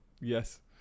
Yes